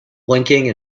blinking